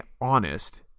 honest